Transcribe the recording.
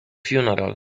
funeral